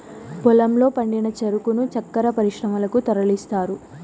పొలంలో పండిన చెరుకును చక్కర పరిశ్రమలకు తరలిస్తారు